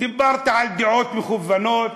דיברת על דעות מגוונות,